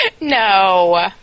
No